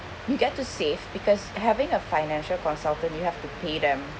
you get to save because having a financial consultant you have to pay them